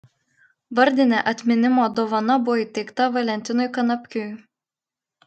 vardinė atminimo dovana buvo įteikta valentinui kanapkiui